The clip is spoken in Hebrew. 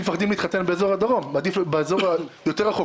מפחדים להתחתן באזור הדרום ומעדיפים באזור רחוק יותר,